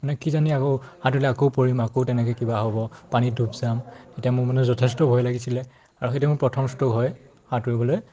মানে কিজানি আকৌ সাঁতুৰিলে আকৌ পৰিম আকৌ তেনেকৈ কিবা হ'ব পানীত ডুব যাম তেতিয়া মোৰ মানে যথেষ্ট ভয় লাগিছিলে আৰু সেইটো মোৰ প্ৰথম ষ্ট'ক হয় সাঁতুৰিবলৈ